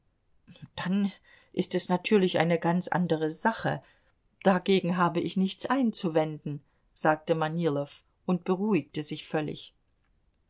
dann ist es natürlich eine ganz andere sache dagegen habe ich nichts einzuwenden sagte manilow und beruhigte sich völlig